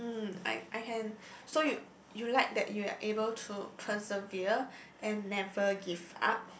um I I can so you you like that you are able to preserve and never give up